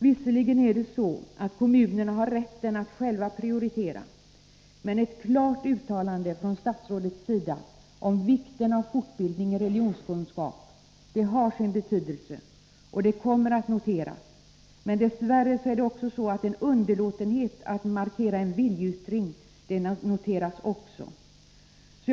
Visserligen har kommunerna själva rätten att prioritera, men ett klart uttalande från statsrådets sida om Nr 27 vikten av fortbildning i religionskunskap har sin betydelse och kommer att Fredagen den noteras. Dess värre kommer också en underlåtenhet att markera en 18 november 1983 viljeyttring att noteras.